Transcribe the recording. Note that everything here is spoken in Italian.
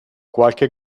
qualche